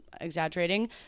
exaggerating